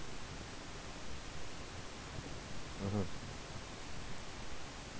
mmhmm